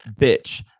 Bitch